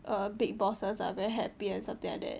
the big bosses are very happy and something like that